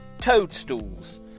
Toadstools